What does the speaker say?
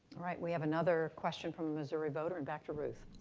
we have another question from a missouri voter and back to ruth.